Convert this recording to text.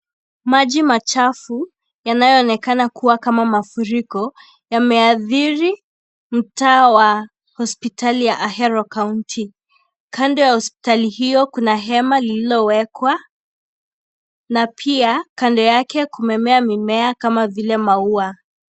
Maji machafu yanaonekana kama mafuriko yameathiri mtaa wa hospitali ya ahero county. Kando ya hospitali hiyo kuna hema lililowekwa na pia kando yake kumemea mimea kama vile mauwa.